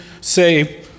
say